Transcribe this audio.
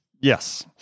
Yes